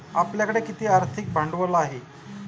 आपल्याकडे किती आर्थिक भांडवल आहे?